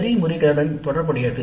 நெறிமுறைகளுடன் தொடர்புடையது